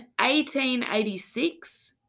1886